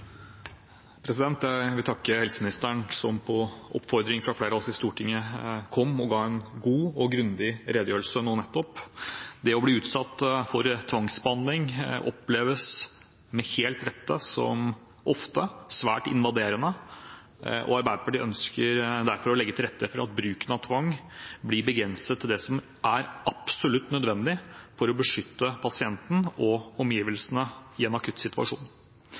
Jeg vil takke helseministeren, som på oppfordring fra flere av oss i Stortinget kom og ga en god og grundig redegjørelse nå nettopp. Det å bli utsatt for tvangsbehandling oppleves ofte – helt med rette – som svært invaderende. Arbeiderpartiet ønsker derfor å legge til rette for at bruken av tvang blir begrenset til det som er absolutt nødvendig for å beskytte pasienten og omgivelsene i en akutt situasjon.